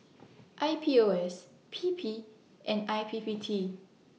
I P O S P P and I P P T